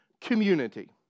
community